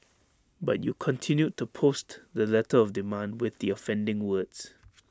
but you continued to post the letter of demand with the offending words